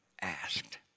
asked